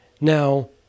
Now